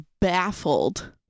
baffled